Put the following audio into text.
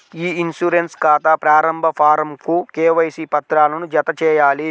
ఇ insurance ఖాతా ప్రారంభ ఫారమ్కు కేవైసీ పత్రాలను జతచేయాలి